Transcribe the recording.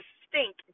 stink